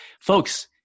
folks